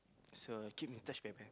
so keep in touch whereby